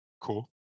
cool